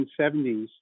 1970s